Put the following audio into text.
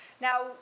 Now